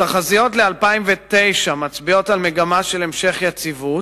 התחזיות ל-2009 מצביעות על מגמה של המשך יציבות.